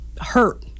hurt